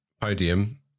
Podium